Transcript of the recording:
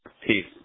Peace